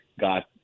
got